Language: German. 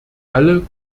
alle